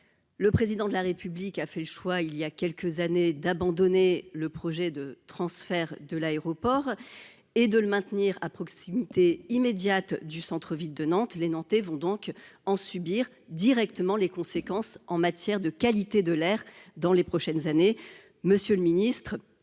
Le Président de la République a fait le choix, voilà quelques années, d'abandonner le projet de transfert et de maintenir l'aéroport à proximité du centre-ville. Les Nantais vont donc en subir directement les conséquences en matière de qualité de l'air dans les prochaines années. Monsieur le ministre,